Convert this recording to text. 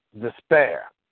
despair